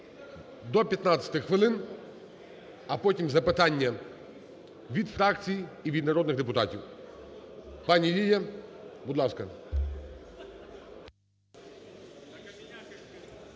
До 15 хвилин. А потім запитання від фракцій і від народних депутатів. Пані Лілія, будь ласка.